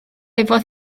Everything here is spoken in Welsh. efo